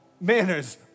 manners